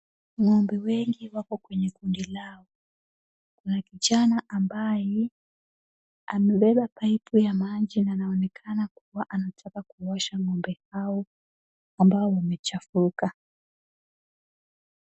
Ng'ombe wengi wako kwenye kundi lao na kijana ambaye amebeba pipu la maji, anaonekana kuwa anataka kuosha ng'ombe hao ambao wamechafuka.